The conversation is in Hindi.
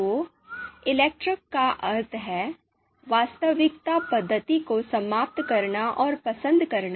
तो इलेक्ट का अर्थ है वास्तविकता पद्धति को समाप्त करना और पसंद करना